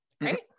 right